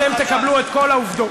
אתם תקבלו את כל העובדות.